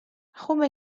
خوبه